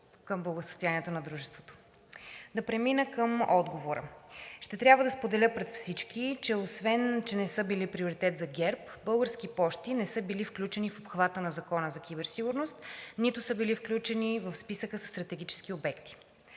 към благосъстоянието на дружеството. Да премина към отговора. Ще трябва да споделя пред всички, освен че не са били приоритет за ГЕРБ, „Български пощи“ не са били включени в обхвата на Закона за киберсигурност, нито са били включени в Списъка със стратегически обекти,